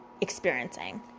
experiencing